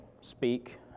speak